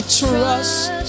trust